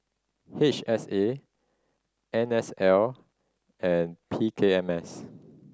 H S A N S L and P K M S